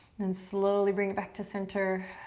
then slowly bring it back to center,